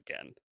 again